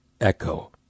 echo